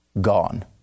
gone